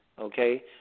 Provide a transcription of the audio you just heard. okay